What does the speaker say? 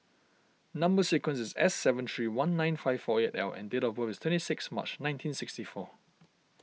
Number Sequence is S seven three one nine five four eight L and date of birth is twenty six March nineteen sixty four